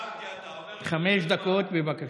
חמש דקות, בבקשה.